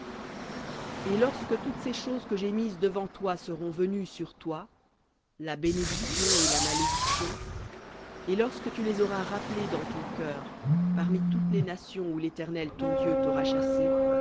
et lorsque toutes ces choses que j'ai mises devant toi seront venues sur toi la bénédiction et la malédiction et lorsque tu les auras rappelées dans ton cœur parmi toutes les nations où l'éternel ton dieu t'aura chassé